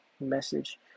message